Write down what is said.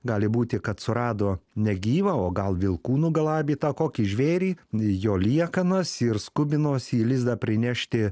gali būti kad surado negyvą o gal vilkų nugalabytą kokį žvėrį jo liekanas ir skubinosi į lizdą prinešti